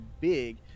big